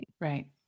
Right